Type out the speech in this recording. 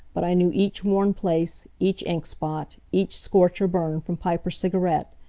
but i knew each worn place, each ink-spot, each scorch or burn from pipe or cigarette.